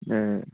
ए